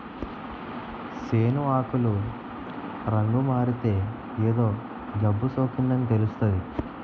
సేను ఆకులు రంగుమారితే ఏదో జబ్బుసోకిందని తెలుస్తాది